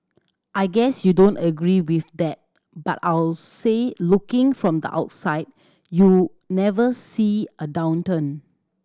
I guess you don't agree with that but I'll say looking from the outside you never see a downturn